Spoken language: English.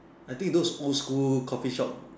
I think those old school coffee shop